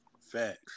Facts